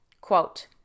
quote